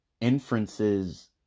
inferences